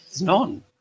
None